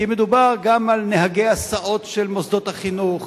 כי מדובר גם על נהגי הסעות של מוסדות החינוך,